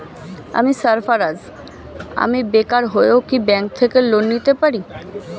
আমি সার্ফারাজ, আমি বেকার হয়েও কি ব্যঙ্ক থেকে লোন নিতে পারি?